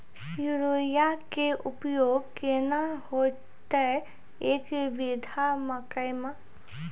Urea के उपयोग केतना होइतै, एक बीघा मकई मे?